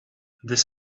this